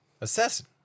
Assassin